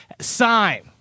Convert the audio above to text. sign